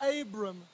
Abram